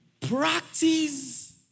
Practice